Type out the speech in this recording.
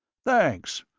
thanks,